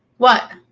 what?